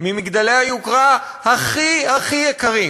ממגדלי היוקרה הכי הכי יקרים.